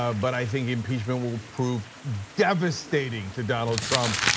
ah but i think impeachment will prove devastating to donald trump,